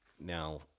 now